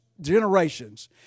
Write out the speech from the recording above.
generations